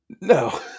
no